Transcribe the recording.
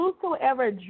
whosoever